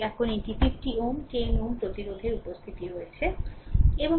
তবে এখন একটি 50 Ω 10 Ω প্রতিরোধের উপস্থিতি রয়েছে